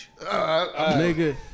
nigga